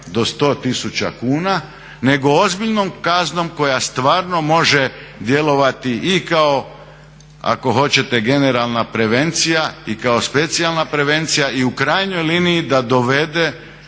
do 100 tisuća kuna nego ozbiljnom kaznom koja stvarno može djelovati i kao ako hoćete generalna prevencija i kao specijalna prevencija i u krajnjoj liniji da dovede